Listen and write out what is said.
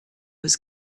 was